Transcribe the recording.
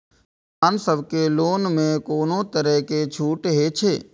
किसान सब के लोन में कोनो तरह के छूट हे छे?